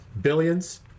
Billions